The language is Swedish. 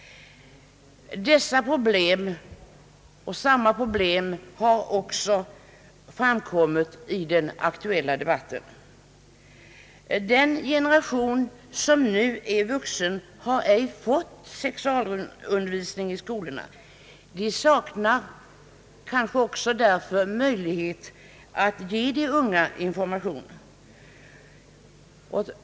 I den aktuella debatten har också framkommit att dessa problem finns. Den generation som nu är vuxen har inte fått sexualundervisning i skolorna. Dessa människor saknar kanske också därför möjlighet att ge de unga information.